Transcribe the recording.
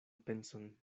penson